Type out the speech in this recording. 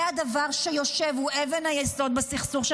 זה הדבר שיושב, הוא אבן היסוד בסכסוך.